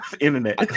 internet